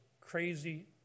crazy